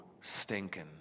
stinking